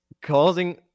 causing